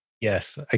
yes